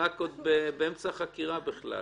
באמצע חקירה בכלל.